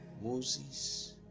Moses